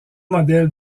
modèle